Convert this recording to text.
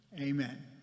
Amen